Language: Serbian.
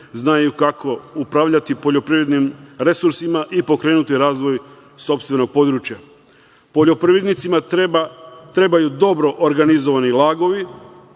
znaju kako upravljati poljoprivrednim resursima i pokrenuti razvoj sopstvenog područja. Poljoprivrednicima trebaju dobro organizovani lagovi,